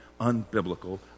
unbiblical